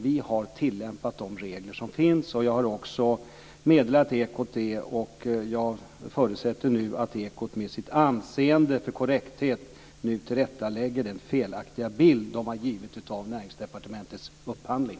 Vi har tillämpat de regler som finns, och jag har också meddelat Ekot detta. Jag förutsätter nu att Ekot med sitt anseende vad avser korrekthet nu tillrättalägger den felaktiga bild som man har gett av Näringsdepartementets upphandling.